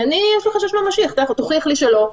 לי יש חשש ממשי תוכיח לי שלא.